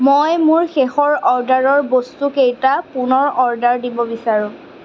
মই মোৰ শেষৰ অৰ্ডাৰৰ বস্তুকেইটা পুনৰ অৰ্ডাৰ দিব বিচাৰোঁ